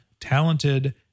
talented